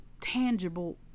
tangible